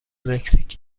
مکزیک